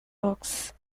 rocks